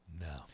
No